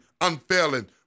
unfailing